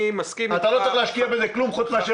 אתה לא צריך להשקיע בזה כלום, חוץ מאשר